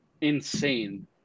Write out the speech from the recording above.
insane